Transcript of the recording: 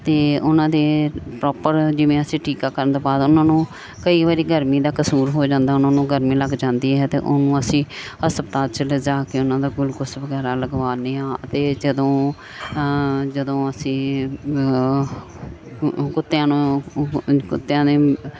ਅਤੇ ਉਹਨਾਂ ਦੇ ਪ੍ਰੋਪਰ ਜਿਵੇਂ ਅਸੀਂ ਟੀਕਾਕਰਨ ਤੋਂ ਬਾਅਦ ਉਹਨਾਂ ਨੂੰ ਕਈ ਵਾਰੀ ਗਰਮੀ ਦਾ ਕਸੂਰ ਹੋ ਜਾਂਦਾ ਉਹਨਾਂ ਨੂੰ ਗਰਮੀ ਲੱਗ ਜਾਂਦੀ ਹੈ ਅਤੇ ਉਹਨੂੰ ਅਸੀਂ ਹਸਪਤਾਲ 'ਚ ਲਿਜਾ ਕੇ ਉਹਨਾਂ ਦਾ ਕੋਈ ਕੁਛ ਵਗੈਰਾ ਲਗਵਾਉਂਦੇ ਆ ਅਤੇ ਜਦੋਂ ਜਦੋਂ ਅਸੀਂ ਕੁੱਤਿਆਂ ਨੂੰ ਕੁੱਤਿਆਂ ਨੇ